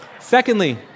Secondly